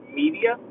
media